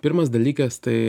pirmas dalykas tai